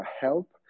help